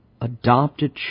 adopted